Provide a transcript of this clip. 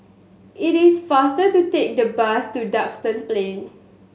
it is faster to take the bus to Duxton Plain